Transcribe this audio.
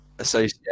Associate